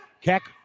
Keck